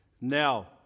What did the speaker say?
Now